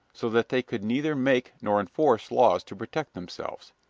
so that they could neither make nor enforce laws to protect themselves.